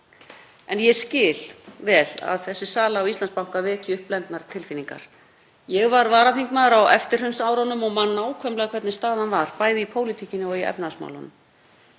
En ég skil vel að þessi sala á Íslandsbanka veki upp blendnar tilfinningar. Ég var varaþingmaður á eftirhrunsárunum og man nákvæmlega hvernig staðan var, bæði í pólitíkinni og í efnahagsmálunum.